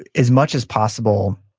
ah as much as possible,